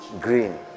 green